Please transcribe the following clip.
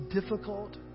difficult